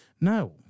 No